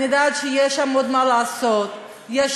אני יודעת שיש עוד מה לעשות שם.